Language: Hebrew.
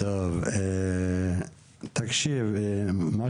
לפני